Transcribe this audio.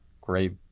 great